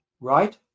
right